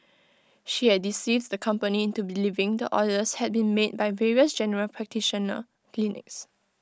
she had deceived the company into believing the orders had been made by various general practitioner clinics